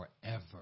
forever